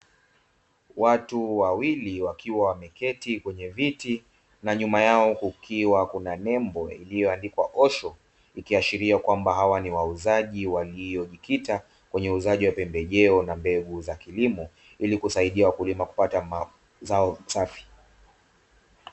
Watu wawili wakiwa wameketi kwenye viti na nyuma yao kukiwa kuna nembo iliyoandikwa 'osho', ikiashiria kwamba hawa ni wauzaji waliojikita kwenye uuzaji wa mbembejeo na mbegu za kilimo ilikuwasaidia wakulima kupata mazao safi.